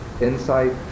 insight